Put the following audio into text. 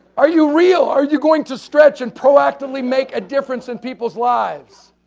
are you real? are you going to stretch and proactively make a difference in people's lives?